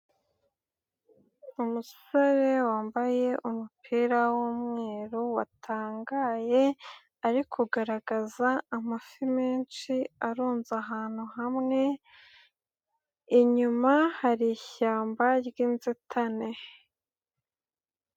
Umusore wambaye umupira w'umweru watangaye, ari kugaragaza amafi menshi arunze ahantu hamwe, inyuma hari ishyamba ry'inzitane.